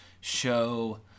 show